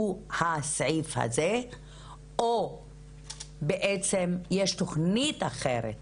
הוא הסעיף הזה או יש תוכנית אחרת,